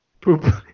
Poop